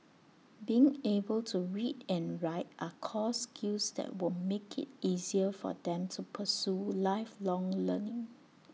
being able to read and write are core skills that will make IT easier for them to pursue lifelong learning